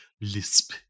lisp